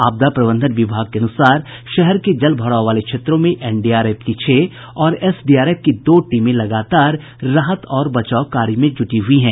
आपदा प्रबंधन विभाग के अनुसार शहर में जल भराव वाले क्षेत्रों में एनडीआरएफ की छह और एसडीआरएफ की दो टीमें लगातार राहत और बचाव कार्य में जुटी हुई हैं